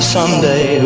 Someday